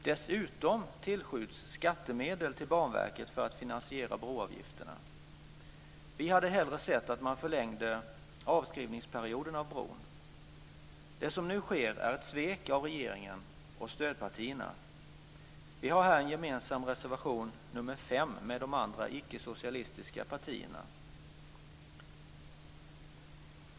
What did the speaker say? Dessutom tillskjuts skattemedel till Banverket för att finansiera broavgifterna. Vi hade hellre sett att man förlängde avskrivningsperioden för bron. Det som nu sker är ett svek av regeringen och stödpartierna. Vi har här en gemensam reservation, nr 5, med de andra icke-socialistiska partierna.